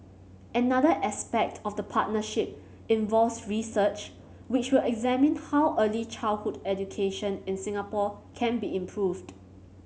another aspect of the partnership involves research which will examine how early childhood education in Singapore can be improved